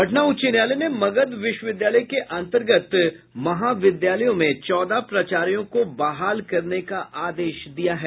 पटना उच्च न्यायलय ने मगध विश्वविद्यालय के अंतर्गत महाविद्यालयों में चौदह प्राचार्यो को बहाल करने का आदेश दिया है